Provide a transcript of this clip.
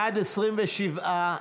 בעד, 27,